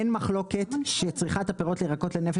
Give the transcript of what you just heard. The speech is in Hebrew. אין מחלוקת שצריכת הפירות וירקות לנפש